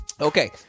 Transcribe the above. Okay